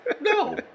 No